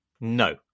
No